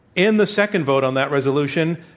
in the second vote on that resolution,